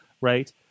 Right